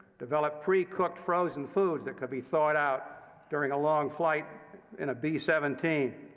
developed pre-cooked frozen foods that could be thawed out during a long flight in a b seventeen.